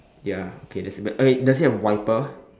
ya okay there's a bad okay does he have a wiper